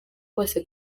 kose